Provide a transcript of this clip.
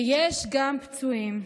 ויש גם פצועים.